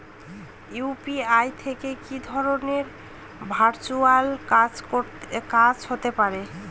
UPI থেকে কি ধরণের ভার্চুয়াল কাজ হতে পারে?